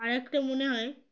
আর একটা মনে হয়